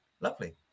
Lovely